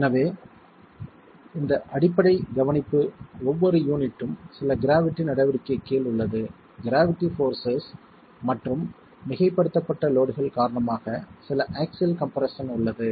எனவே இந்த அடிப்படை கவனிப்பு ஒவ்வொரு யூனிட்டும் சில க்ராவிட்டி நடவடிக்கை கீழ் உள்ளது க்ராவிட்டி போர்ஸஸ் மற்றும் மிகைப்படுத்தப்பட்ட லோட்கள் காரணமாக சில ஆக்ஸில் கம்ப்ரெஸ்ஸன் உள்ளது